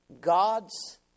God's